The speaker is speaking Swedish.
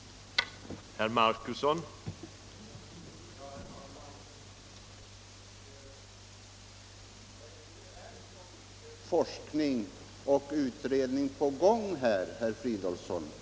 Sjukfrånvaron i arbetslivet Sjukfrånvaron i arbetslivet